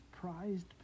prized